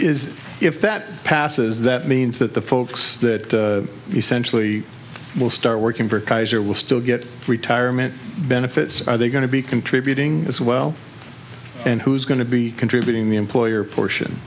is if that passes that means that the folks that essentially will start working for kaiser will still get retirement benefits are they going to be contributing as well and who is going to be contributing the employer portion